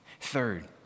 Third